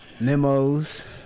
Nemos